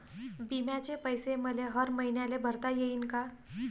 बिम्याचे पैसे मले हर मईन्याले भरता येईन का?